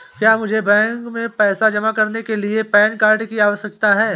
क्या मुझे बैंक में पैसा जमा करने के लिए पैन कार्ड की आवश्यकता है?